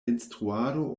instruado